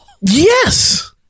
Yes